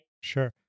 Sure